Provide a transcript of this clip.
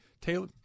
Taylor